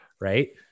Right